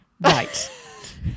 right